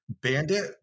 Bandit